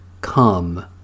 Come